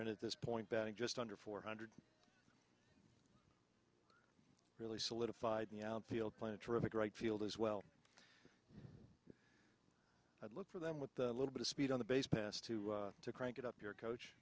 and at this point batting just under four hundred really solidified the outfield plan a terrific right field as well look for them with a little bit of speed on the base pass to to crank it up your coach